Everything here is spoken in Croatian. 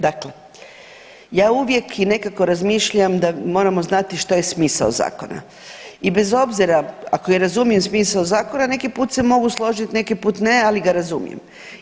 Dakle, ja uvijek i nekako razmišljam da moramo znati što je smisao zakona i bez obzira ako i razumijem smisao zakona neki put se mogu složit neki put ne, ali ga razumijem.